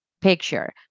picture